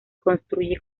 construye